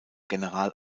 general